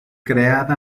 creada